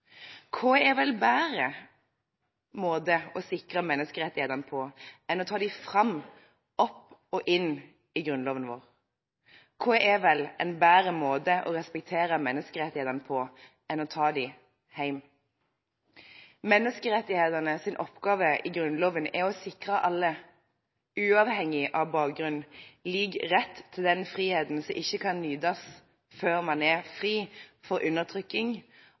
er vel en bedre måte å sikre menneskerettighetene på enn å ta dem fram, opp og inn i Grunnloven vår? Hva er vel en bedre måte å respektere menneskerettighetene på enn å ta dem hjem? Menneskerettighetenes oppgave i Grunnloven er å sikre alle, uavhengig av bakgrunn, lik rett til den friheten som ikke kan nytes før man er fri fra undertrykking